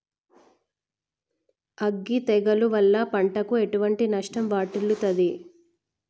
అగ్గి తెగులు వల్ల పంటకు ఎటువంటి నష్టం వాటిల్లుతది?